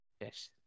Yes